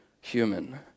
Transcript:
human